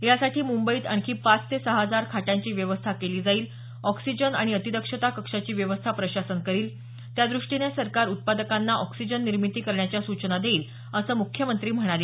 यासाठी मुंबईत आणखी पाच ते सहा हजार खाटांची व्यवस्था केली जाईल ऑक्सिजन आणि अतिदक्षता कक्षाची व्यवस्था प्रशासन करील त्यादृष्टीने सरकार उत्पादकांना ऑक्सिजन निर्मिती करण्याच्या सूचना देईल असं मुख्यमंत्री म्हणाले